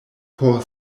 por